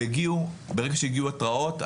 ברגע שהגיעו התראות,